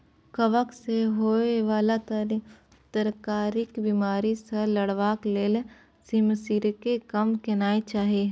कवक सँ होए बला तरकारीक बिमारी सँ लड़बाक लेल सिमसिमीकेँ कम केनाय चाही